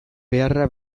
beharra